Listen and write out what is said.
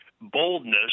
boldness